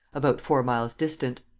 about four miles distant.